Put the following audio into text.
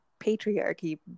patriarchy